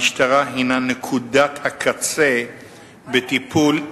המשטרה הינה נקודת הקצה בטיפול.